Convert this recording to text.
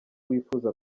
wifuza